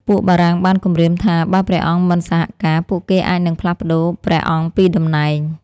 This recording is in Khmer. ពួកបារាំងបានគំរាមថា បើព្រះអង្គមិនសហការ ពួកគេអាចនឹងផ្លាស់ប្ដូរព្រះអង្គពីតំណែង។